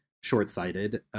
short-sighted